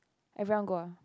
everyone go ah